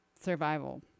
survival